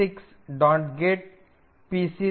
get pc thunk